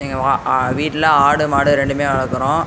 எங்கள் வா வீட்டில் ஆடு மாடு ரெண்டுமே வளர்க்குறோம்